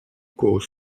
caux